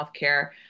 healthcare